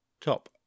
top